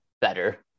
better